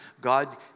God